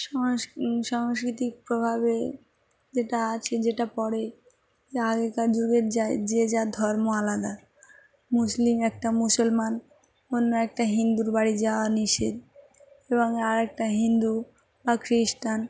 সংস সাংস্কৃতিক প্রভাবে যেটা আছে যেটা পড়ে যে আগেকার যুগের যায় যে যা ধর্ম আলাদা মুসলিম একটা মুসলমান অন্য একটা হিন্দুর বাড়ি যাওয়া নিষেধ এবং আর একটা হিন্দু বা খ্রিস্টান